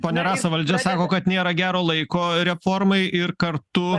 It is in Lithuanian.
ponia rasa valdžia sako kad nėra gero laiko reformai ir kartu